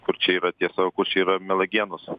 kur čia yra tiesa o kur čia yra mielagienos